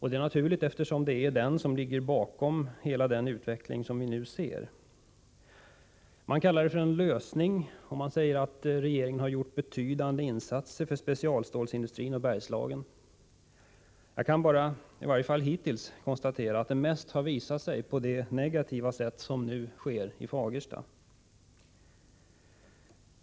Det är naturligt, eftersom det är den som ligger bakom hela den utveckling som vi nu ser. Industriministern kallar överenskommelsen för en lösning, och han säger att regeringen har gjort betydande insatser för specialstålsindustrin och Bergslagen. Jag kan bara konstatera att detta i varje fall hittills mest har visat sig på det negativa sätt som vi nu kan se i Fagersta.